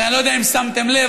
הרי אני לא יודע אם שמתם לב,